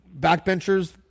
Backbenchers